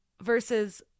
versus